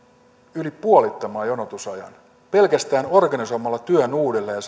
yli puolittamaan jonotusajan pelkästään organisoimalla työn uudelleen ja